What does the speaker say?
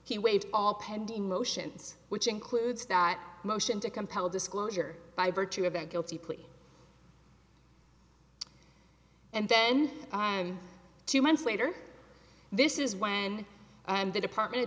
he waived all pending motions which includes that motion to compel disclosure by virtue of that guilty plea and then and two months later this is when and the department of